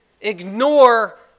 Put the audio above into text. ignore